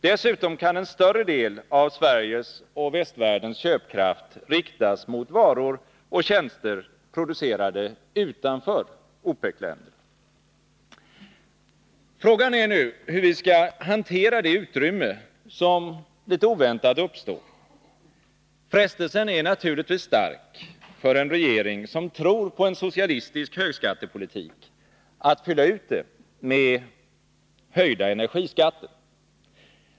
Dessutom kan en större del av Sveriges och västvärldens köpkraft riktas mot varor och tjänster producerade utanför OPEC länderna. Frågan är nu hur vi skall hantera det utrymme som litet oväntat uppstår. Frestelsen är naturligtvis stark för en regering, som tror på en socialistisk högskattepolitik, att fylla ut det med höjda energiskatter.